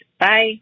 bye